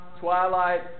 Twilight